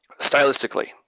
stylistically